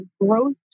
growth